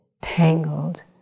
tangled